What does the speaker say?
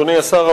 אדוני השר,